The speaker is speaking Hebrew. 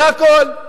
זה הכול.